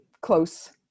close